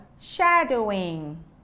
shadowing